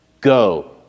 go